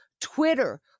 Twitter